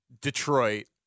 Detroit